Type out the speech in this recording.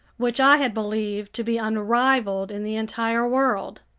which i had believed to be unrivaled in the entire world.